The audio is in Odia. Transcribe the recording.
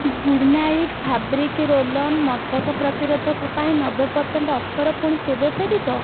good night fabric roll on ମଶକ ପ୍ରତିରୋଧକ ପାଇଁ ନବେ ପରସେଣ୍ଟ୍ ଅଫର୍ ପୁଣି କେବେ ଫେରିବ